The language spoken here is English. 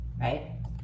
right